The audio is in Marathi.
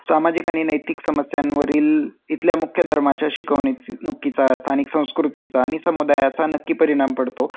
सामाजिक आणि नैतिक समस्यांवरील इथल्या मुख्य धर्माच्या शिकवणी णुकीचा स्थानिक संस्कृतीचा आणि समुदायाचा नक्की परिणाम पडतो